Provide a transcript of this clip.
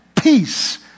Peace